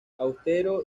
austero